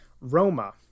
Roma